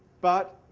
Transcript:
but,